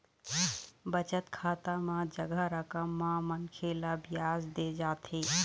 बचत खाता म जमा रकम म मनखे ल बियाज दे जाथे